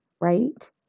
right